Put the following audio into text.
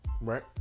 Right